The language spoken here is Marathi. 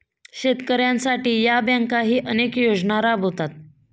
शेतकऱ्यांसाठी या बँकाही अनेक योजना राबवतात